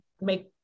make